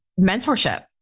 mentorship